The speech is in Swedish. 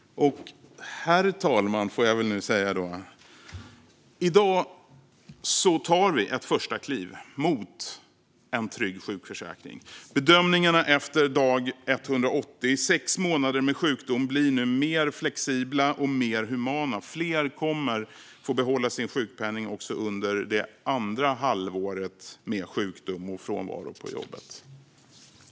Herr talman! I dag tar vi ett första kliv mot en trygg sjukförsäkring. Bedömningarna efter dag 180 - sex månader med sjukdom - blir nu mer flexibla och mer humana. Fler kommer att få behålla sin sjukpenning också under det andra halvåret med sjukdom och frånvaro från jobbet.